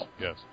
yes